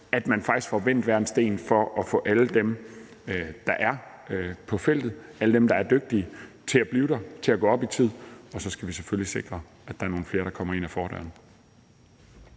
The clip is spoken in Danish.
at man faktisk får vendt hver en sten for at få alle dem, der er på feltet, alle dem, der er dygtige, til at blive der eller til at gå op i tid, og så skal vi selvfølgelig sikre, at der er nogle flere, der kommer ind ad fordøren.